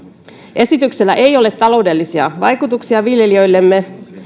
esityksellä ei ole taloudellisia vaikutuksia viljelijöillemme